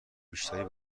بیشتری